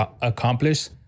accomplish